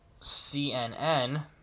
CNN